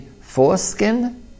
foreskin